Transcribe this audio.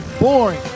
boring